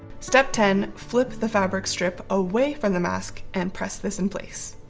step ten. flip the fabric strip away from the mask and press this in place.